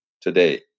today